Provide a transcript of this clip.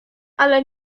ale